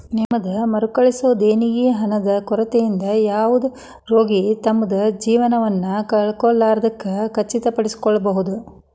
ನಿಮ್ದ್ ಮರುಕಳಿಸೊ ದೇಣಿಗಿ ಹಣದ ಕೊರತಿಯಿಂದ ಯಾವುದ ರೋಗಿ ತಮ್ದ್ ಜೇವನವನ್ನ ಕಳ್ಕೊಲಾರ್ದಂಗ್ ಖಚಿತಪಡಿಸಿಕೊಳ್ಬಹುದ್